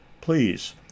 please